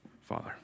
Father